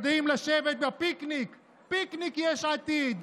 יודעים לשבת בפיקניק, פיקניק יש עתיד.